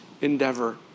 endeavor